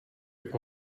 jak